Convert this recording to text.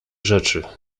rzeczy